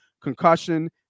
concussion